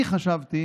אני חשבתי